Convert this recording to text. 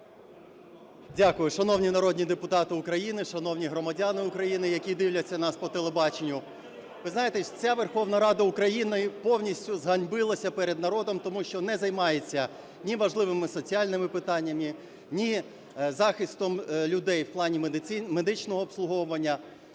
Дякую. Шановні народні депутати України, шановні громадяни України, які дивляться нас по телебаченню, ви знаєте, ця Верховна Рада України повністю зганьбилася перед народом, тому що не займається ні важливими соціальними питаннями, ні захистом людей в плані медичного обслуговування.